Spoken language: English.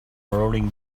rolling